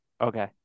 Okay